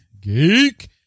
Geek